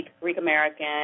Greek-American